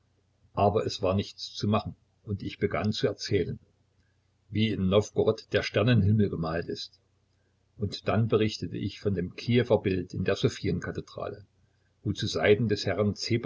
aber es war nichts zu machen und ich begann zu erzählen wie in nowgorod der sternenhimmel gemalt ist und dann berichtete ich von dem kiewer bild in der sophienkathedrale wo zu seiten des herrn